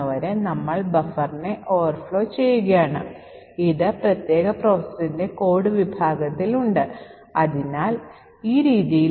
compiler ഒരു canary insert ചെയ്യുകയും buffer 2 ഇൽ 22 ബൈറ്റുകളുടെ ഇടമുണ്ടാകുകയും ചെയ്യും